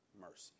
Mercy